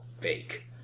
fake